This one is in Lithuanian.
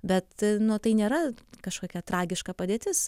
bet nu tai nėra kažkokia tragiška padėtis